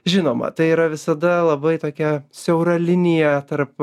žinoma tai yra visada labai tokia siaura linija tarp